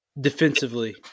defensively